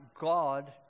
God